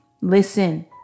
listen